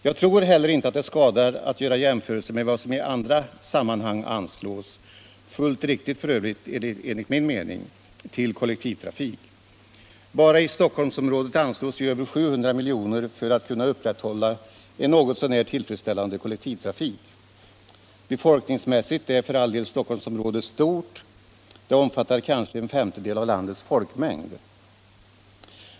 Jag tror heller inte att det skadar att göra jämförelser med vad som i andra sammanhang anslås, fullt riktigt f. ö. enligt min mening, till kollektivtrafik. Bara i Stockholmsområdet anslås ju över 700 milj. för att kunna upprätthålla en något så när tillfredsställande kollektivtrafik. Befolkningsmässigt är för all del Stockholmsområdet stort, det omfattar kanske en femtedel av landets folkmängd.